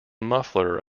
muffler